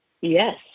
yes